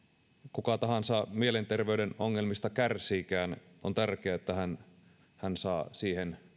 kuka tahansa mielenterveyden ongelmista kärsiikään on tärkeää että hän saa siihen